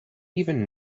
even